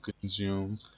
consume